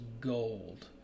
gold